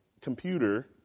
computer